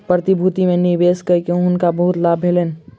प्रतिभूति में निवेश कय के हुनका बहुत लाभ भेलैन